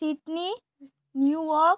Sydney New York